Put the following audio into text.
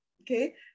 okay